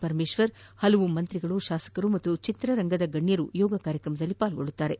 ಪರಮೇಶ್ವರ್ ಹಲವು ಸಚಿವರು ಶಾಸಕರು ಹಾಗೂ ಚಿತ್ರರಂಗದ ಗಣ್ಯರು ಯೋಗ ಕಾರ್ಯಕ್ರಮದಲ್ಲಿ ಪಾಲ್ಗೊಳ್ಳಲಿದ್ದಾರೆ